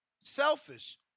selfish